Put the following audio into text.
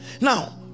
Now